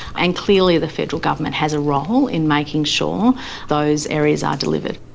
and clearly the federal government has a role in making sure those areas are delivered.